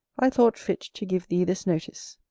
i thought fit to give thee this notice.